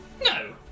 No